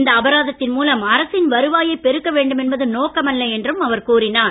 இந்த அபராதத்தின் மூலம் அரசின் வருவாயைப் பெருக்க வேண்டுமென்பது நோக்கமல்ல என்றும் அவர் கூறினார்